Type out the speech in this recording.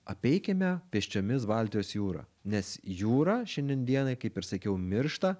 apeikime pėsčiomis baltijos jūrą nes jūra šiandien dienai kaip ir sakiau miršta